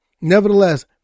nevertheless